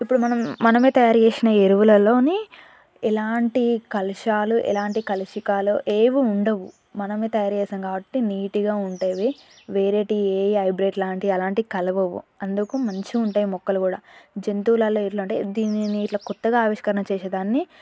ఇప్పుడు మనం మనమే తయారు చేసిన ఎరువులలోని ఎలాంటి కలుషాలు ఎలాంటి కలుషికాలు ఏవీ ఉండవు మనమే తయారు చేస్తాం కాబట్టి నీట్గా ఉండేవి వేరేటి ఏ హైబ్రేట్ లాంటి అలాంటి కలవవు అందుకు మంచిగుంటాయి మొక్కలు కూడా జంతువులలో ఎట్ల అంటే దీనిని నేనిట్ల కొత్తగా ఆవిష్కరణ చేసేదాన్ని